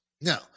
Now